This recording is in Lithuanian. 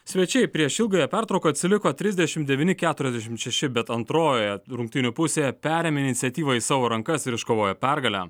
svečiai prieš ilgąją pertrauką atsiliko trisdešim devyni keturiasdešimt š ši bet antrojoje rungtynių pusėje perėmė iniciatyvą į savo rankas ir iškovojo pergalę